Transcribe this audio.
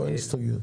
פה אין הסתייגויות.